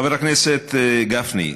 חבר הכנסת גפני,